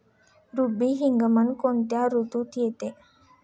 रब्बी हंगाम कोणत्या ऋतूत येतात?